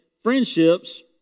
friendships